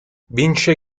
vince